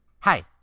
Hi